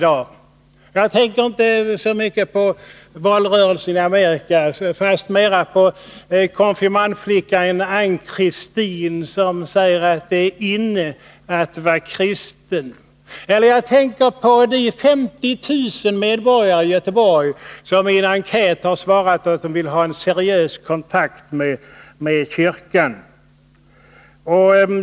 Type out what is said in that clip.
Jag tänker inte så mycket på valrörelsen i Amerika utan fastmera på konfirmandflickan Ann-Christine, som säger att ”det är inne att va” kristen”. Jag tänker också på 50 000 medborgare i Göteborg, som i en enkät har svarat att de vill ha en seriös kontakt med kyrkan.